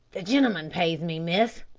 the gentleman pays me, miss,